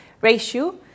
ratio